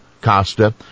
Costa